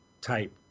type